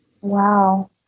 Wow